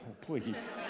please